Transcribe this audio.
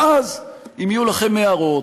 ואז, אם יהיו לכם הערות,